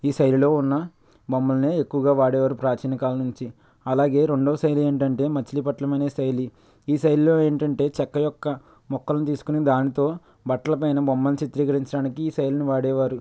ఈ శైలిలో ఉన్న బొమ్మలను ఎక్కువగా గీయడానికి వాడేవారు ప్రాచీన కాలం నుంచి అలాగే రెండవ శైలి ఏంటంటే మచిలీపట్నం అనే శైలి ఈ శైలిలో ఏంటంటే చెక్క యొక్క మొక్కలను తీసుకొని దానితో బట్టల పైన బొమ్మలు చిత్రీకరించడానికి ఈ శైలిని వాడేవారు